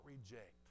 reject